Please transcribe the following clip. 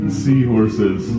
seahorses